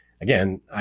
again